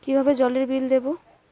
কিভাবে জলের বিল দেবো?